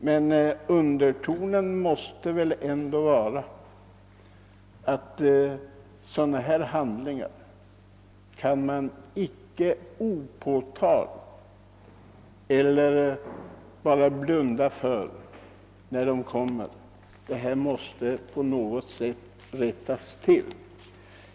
Men undertonen måste väl ändå vara att man inte kan blunda för sådana här handlingar eller låta dem passera opåtalade. Det som inträffat måste rättas till.